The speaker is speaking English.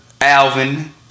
Alvin